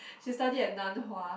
she study at Nan-Hua